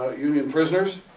ah union prisoners.